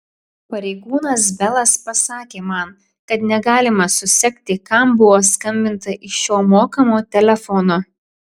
pareigūnas belas pasakė man kad negalima susekti kam buvo skambinta iš šio mokamo telefono